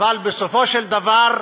אבל בסופו של דבר,